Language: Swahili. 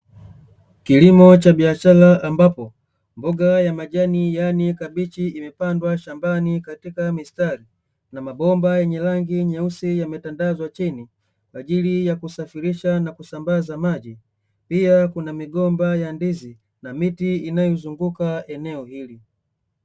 Kilimo cha biashara ambapo, mboga ya majani yaani kabichi imepandwa shambani katika mistari, na mabomba yenye rangi nyeusi yametandazwa chini kwa ajili ya kusafirisha na kusambaza maji, pia kuna migomba ya ndizi na miti inayozunguka eneo hili.